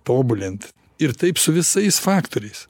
tobulint ir taip su visais faktoriais